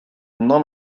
none